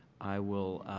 i will